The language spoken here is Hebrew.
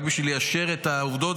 רק בשביל ליישר את העובדות,